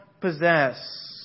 possess